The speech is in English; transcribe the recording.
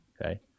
okay